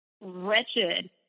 wretched